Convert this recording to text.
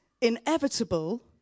inevitable